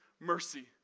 mercy